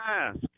ask